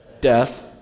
death